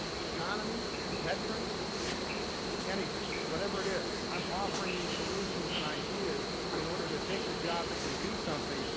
the economy, veterans anything. whatever it is, i'm offering you solutions and ideas in order to take the job and do something,